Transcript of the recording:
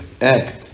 act